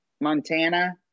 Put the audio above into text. Montana